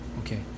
Okay